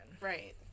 Right